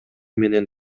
менен